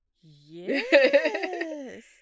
Yes